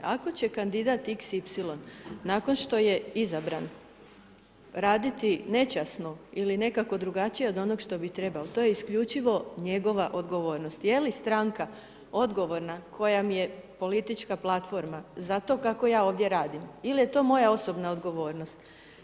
Ako će kandidat xy nakon što je izabran, raditi nečasno ili nekako drugačije od onog što bi trebao, to je isključivo njegova odgovornost, je li stranka odgovorna ... je politička platforma za to kako ja ovdje radim, il' je to moja osobna odgovornost?